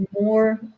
more